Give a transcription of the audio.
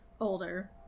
older